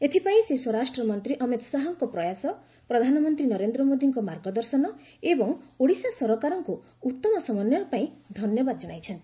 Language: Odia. ଏଥିପାଇଁ ସେ ସ୍ୱରାଷ୍ଟ୍ରମନ୍ତ୍ରୀ ଅମିତ ଶାହାଙ୍କ ପ୍ରୟାସ ପ୍ରଧାନମନ୍ତ୍ରୀ ନରେନ୍ଦ୍ର ମୋଦୀଙ୍କ ମାର୍ଗଦର୍ଶନ ଏବଂ ଓଡ଼ିଶା ସରକାରଙ୍କୁ ଉତ୍ତମ ସମନ୍ଧୟ ପାଇଁ ଧନ୍ୟବାଦ ଜଣାଇଛନ୍ତି